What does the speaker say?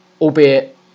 albeit